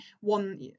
one